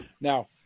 Now